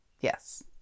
Yes